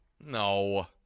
No